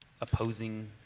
opposing